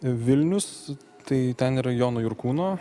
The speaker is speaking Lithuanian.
vilnius tai ten yra jono jurkūno